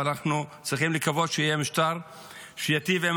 אבל אנחנו צריכים לקוות שיהיה משטר שייטיב עם